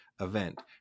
event